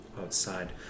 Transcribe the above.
outside